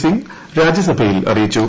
സിംഗ് രാജ്യസഭയിൽ അറിയിച്ചു